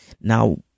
Now